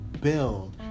build